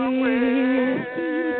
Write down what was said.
Away